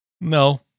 no